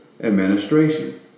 Administration